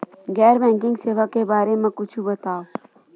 गैर बैंकिंग सेवा के बारे म कुछु बतावव?